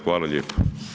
Hvala lijepa.